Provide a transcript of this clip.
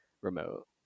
remote